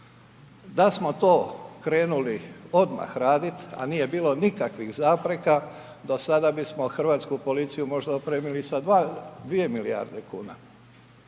Da smo to krenuli odmah raditi, a nije bilo nikakvih zapreka do sada bismo hrvatsku policiju možda opremili možda opremili sa 2 milijarde kuna,